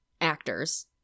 actors